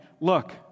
Look